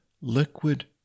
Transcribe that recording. Liquid